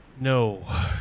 No